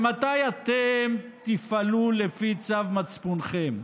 מתי אתם תפעלו לפי צו מצפונכם?